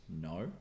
No